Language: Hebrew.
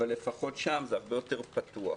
אבל לפחות שם, זה הרבה יותר פתוח.